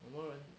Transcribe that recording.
很多人